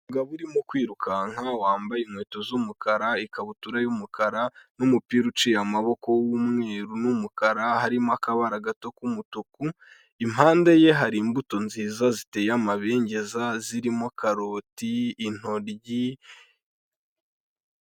Umugabo urimo kwirukanka wambaye inkweto z'umukara, ikabutura y'umukara n'umupira uciye amaboko w'umweru n'umukara harimo akabara gato k'umutuku, impande ye hari imbuto nziza ziteye amabengeza zirimo karoti, intoyi.